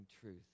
truth